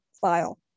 file